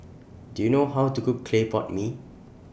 Do YOU know How to Cook Clay Pot Mee